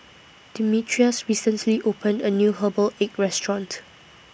Demetrius recently opened A New Herbal Egg Restaurant